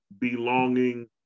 belonging